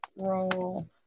Roll